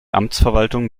amtsverwaltung